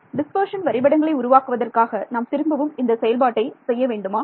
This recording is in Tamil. டிஸ்பர்ஷன் வரைபடங்களை உருவாக்குவதற்காக நாம் திரும்பவும் இந்த செயல்பாட்டை செய்ய வேண்டுமா